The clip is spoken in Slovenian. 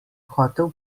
hotel